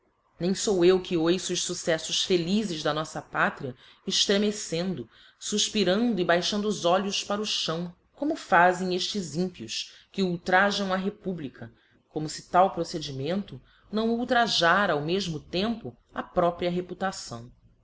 nem fou eu que oiço os fucceífos felizes da noífa pátria eftremecendo fufpirando e baixando os olhos para o chão como fazem estes ímpio que ultrajam a republica como fe tal procedimento não ultrajara ao mefmo tempo a própria reputação